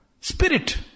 Spirit